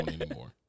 anymore